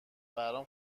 برام